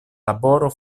laboro